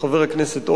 חבר הכנסת אורבך,